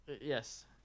Yes